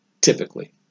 typically